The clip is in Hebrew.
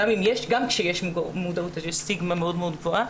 גם כשיש מודעות, יש סטיגמה מאוד מאוד גבוהה.